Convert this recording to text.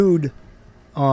dude